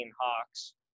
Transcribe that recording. Hawks